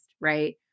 right